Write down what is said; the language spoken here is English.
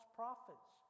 prophets